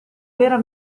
vera